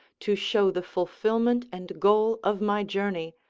to show the fulfilment and goal of my journey,